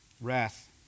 Wrath